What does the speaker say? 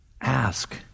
Ask